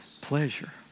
pleasure